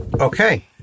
Okay